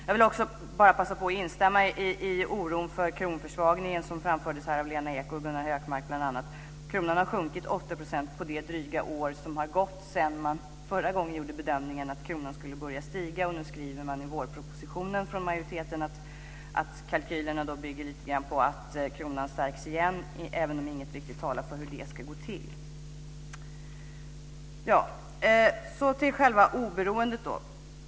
Jag vill också bara passa på att instämma i den oro för kronförsvagningen som bl.a. framfördes här av 8 % på det dryga år som har gått sedan man förra gången gjorde bedömningen att kronan skulle börja stiga. Nu skriver man i vårpropositionen från majoriteten att kalkylerna bygger lite grann på att kronan stärks igen - även om ingen riktigt talar om hur det ska gå till. Så övergår jag till själva oberoendet.